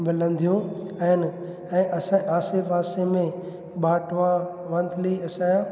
मिलंदियूं आहिनि ऐं असां आसे पासे में बांटवा मंथली असांजो